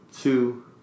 two